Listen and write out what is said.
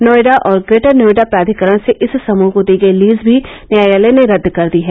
नोएडा और ग्रेटर नोएडा प्राधिकरण से इस समृह को दी गई लीज भी न्यायालय ने रद्द कर दी है